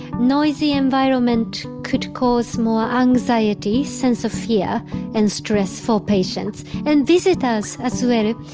noisy environment could cause more anxiety, sense of fear and stress for patients and visitors as ah so and